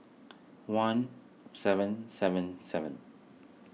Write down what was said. one seven seven seven